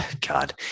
God